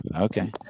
Okay